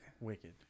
Wicked